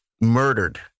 murdered